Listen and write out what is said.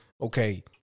okay